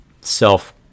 self